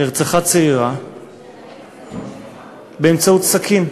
נרצחה צעירה באמצעות סכין.